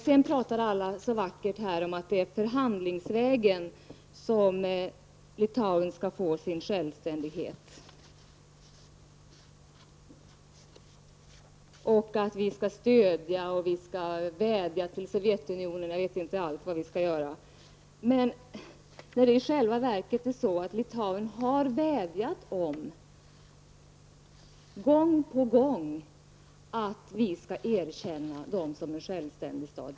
Alla har här talat så vackert om att det är förhandlingsvägen som Litauen skall få sin självständighet. Det sägs också att vi i Sverige skall stödja Litauen, vädja till Sovjetunionen, m.m. Men i själva verket har Litauen gång på gång vädjat om att Sverige skall erkänna Litauen som en självständig stat.